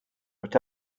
but